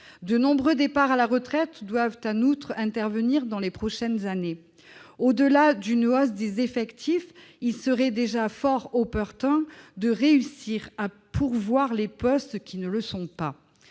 De nombreux départs à la retraite doivent en outre intervenir dans les prochaines années. Au-delà d'une hausse des effectifs, il serait déjà fort opportun de réussir à pourvoir les postes qui ne sont pas